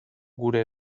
gure